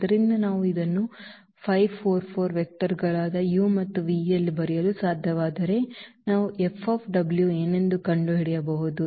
ಆದ್ದರಿಂದ ನಾವು ಇದನ್ನು 5 4 4 ವೆಕ್ಟರ್ಗಳಾದ ಮತ್ತು ಯಲ್ಲಿ ಬರೆಯಲು ಸಾಧ್ಯವಾದರೆ ನಾವು of ಏನೆಂದು ಕಂಡುಹಿಡಿಯಬಹುದು